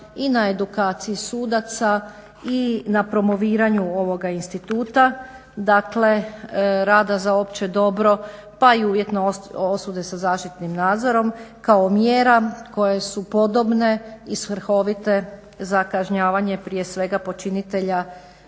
i na edukaciji sudaca i na promoviranju ovoga instituta, dakle rada za opće dobro pa i uvjetne osude sa zaštitnim nadzorom kao mjera koje su podobne i svrhovite za kažnjavanje prije svega počinitelja